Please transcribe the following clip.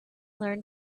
learn